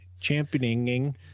championing